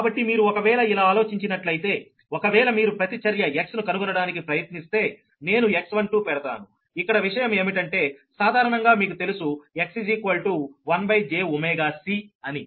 కాబట్టి మీరు ఒకవేళ ఇలా ఆలోచించినట్లయితే ఒకవేళ మీరు ప్రతి చర్య X ను కనుగొనడానికి ప్రయత్నిస్తే నేను X12 పెడతాను ఇక్కడ విషయం ఏమిటంటే సాధారణంగా మీకు తెలుసు X1jωCఅని